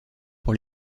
pour